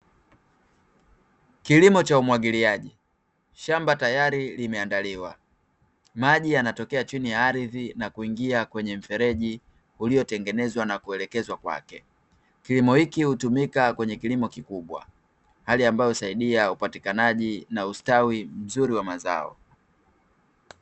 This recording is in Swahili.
Kilimo cha umwagiliaji, shamba tayari limeandaliwa. Maji yanatokea chini ya ardhi na kuingia kwenye mfereji uliotengenezwa na kuelekezwa kwake. Kilimo hiki hutumika kwenye kilimo kikubwa, hali ambayo husaidia upatikanaji na ustawi mzuri wa mazao.